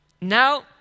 Now